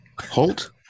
Holt